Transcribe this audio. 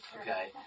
okay